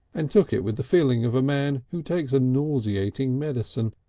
and took it with the feeling of a man who takes a nauseating medicine,